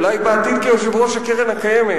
אולי בעתיד כיושב-ראש הקרן הקיימת,